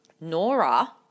Nora